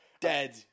dead